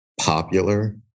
popular